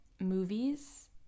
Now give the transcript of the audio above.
movies